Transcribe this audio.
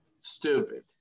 stupid